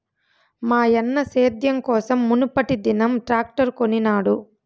మాయన్న సేద్యం కోసం మునుపటిదినం ట్రాక్టర్ కొనినాడు